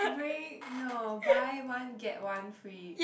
bring no buy one get one free